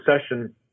session